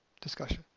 discussion